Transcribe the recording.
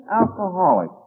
alcoholic